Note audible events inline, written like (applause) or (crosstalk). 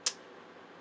(noise)